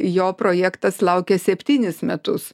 jo projektas laukia septynis metus